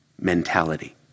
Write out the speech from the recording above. mentality